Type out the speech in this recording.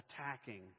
attacking